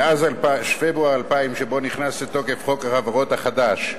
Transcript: מאז פברואר 2000, שבו נכנס לתוקף חוק החברות החדש,